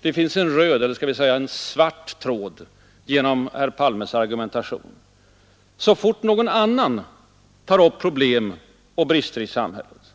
Det går en röd — eller skall vi tråd genom herr Palmes argumentation: Så fort någon annan tar upp problem och brister i samhället,